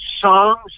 songs